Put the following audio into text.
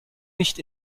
nicht